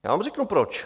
Já vám řeknu proč.